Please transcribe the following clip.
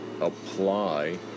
apply